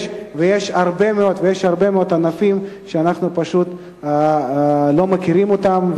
יש הרבה מאוד ענפים שאנחנו פשוט לא מכירים אותם,